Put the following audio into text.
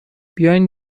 بیاین